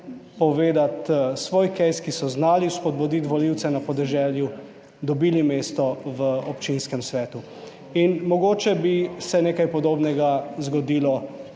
povedati svoj "case", ki so znali spodbuditi volivce na podeželju, dobili mesto v občinskem svetu in mogoče bi se nekaj podobnega zgodilo